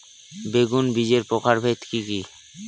বেগুন বীজের প্রকারভেদ কি কী?